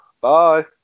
Bye